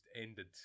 ended